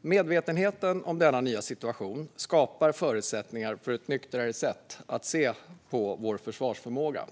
Medvetenheten om denna nya situation skapar förutsättningar för ett nyktrare sätt att se på vår försvarsförmåga.